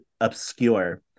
obscure